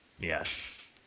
yes